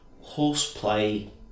horseplay